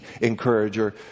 encourager